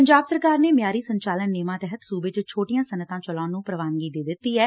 ਪੰਜਾਬ ਸਰਕਾਰ ਨੇ ਮਿਆਰੀ ਸੰਚਾਲਨ ਨੇਮਾਂ ਤਹਿਤ ਸੁਬੇ ਚ ਛੋਟੀਆਂ ਸਨੱਅਤਾਂ ਚਲਾਉਣ ਨੂੰ ਪ੍ਰਵਾਨਗੀ ਦੇ ਦਿੱਤੀ ਐ